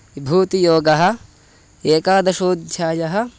विभूतियोगः एकादशोध्यायः